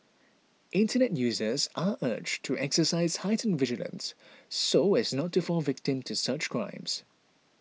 internet users are urged to exercise heightened vigilance so as not to fall victim to such crimes